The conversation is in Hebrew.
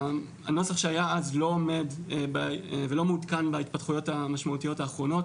הנוסח שהיה אז לא עומד ולא מעודכן בהתפתחויות המשמעותיות האחרונות